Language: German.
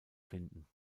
finden